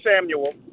Samuel